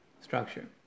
structure